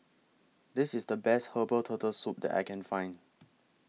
This IS The Best Herbal Turtle Soup that I Can Find